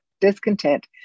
discontent